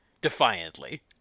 defiantly